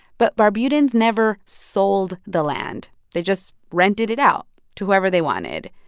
but barbudans never sold the land they just rented it out to whoever they wanted.